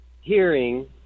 hearing